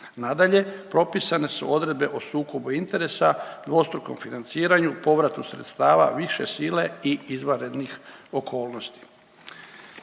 Nadalje, propisane su odredbe o sukobu interesa, dvostrukom financiranju, povratu sredstava, više sile i izvanrednih okolnosti.